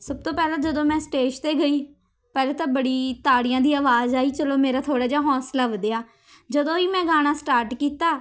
ਸਭ ਤੋਂ ਪਹਿਲਾਂ ਜਦੋਂ ਮੈਂ ਸਟੇਜ 'ਤੇ ਗਈ ਪਹਿਲਾਂ ਤਾਂ ਬੜੀ ਤਾੜੀਆਂ ਦੀ ਆਵਾਜ਼ ਆਈ ਚਲੋ ਮੇਰਾ ਥੋੜ੍ਹਾ ਜਾ ਹੌਂਸਲਾ ਵਧਿਆ ਜਦੋਂ ਹੀ ਮੈਂ ਗਾਣਾ ਸਟਾਰਟ ਕੀਤਾ